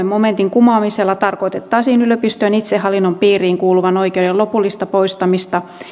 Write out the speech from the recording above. momentin kumoamisella tarkoitettaisiin yliopistojen itsehallinnon piiriin kuuluvan oikeuden lopullista poistamista